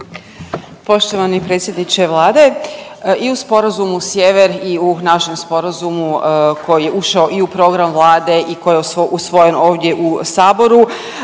Poštovani predsjedniče Vlade, i u sporazumu sjever i u našem sporazumu koji je ušao i u program Vlade i koji je usvojen ovdje u Saboru